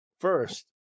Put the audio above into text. First